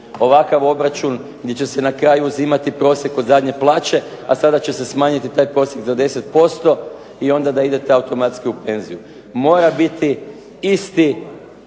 ovakav obračun gdje će se na kraju uzimati prosjek od zadnje plaće, a sada će se smanjiti taj prosjek za 10% i onda da idete automatski u penziju. Mora biti isti